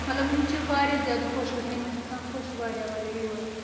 مطلب یِم چھِ واریاہ زیادٕ خۄش گژھان یِمن چھُ گژھان خۄش واریاہ واریاہ یور یُن